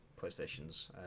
PlayStations